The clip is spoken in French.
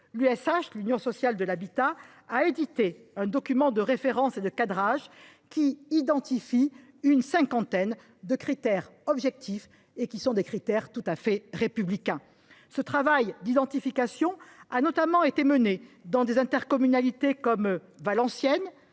L’Union sociale pour l’habitat (USH) a édité un document de référence et de cadrage qui identifie une cinquantaine de critères objectifs, et tout à fait républicains. Ce travail d’identification a notamment été mené dans des intercommunalités telles que Valenciennes,